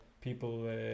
people